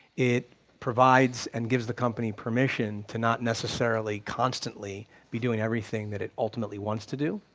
it provides and gives the company permission to not necessarily constantly be doing everything that it ultimately wants to do,